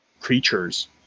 creatures